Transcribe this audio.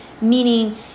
meaning